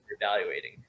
evaluating